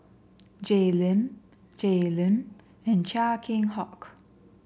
Jay Lim Jay Lim and Chia Keng Hock